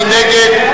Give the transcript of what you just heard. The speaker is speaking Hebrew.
מי נגד?